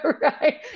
right